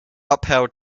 upheld